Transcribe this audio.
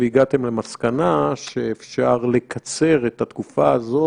ויש טעמים מקצועיים לאבחנה הזו.